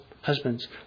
Husbands